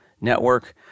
Network